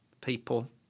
people